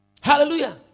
Hallelujah